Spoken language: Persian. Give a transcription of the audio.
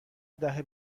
دهه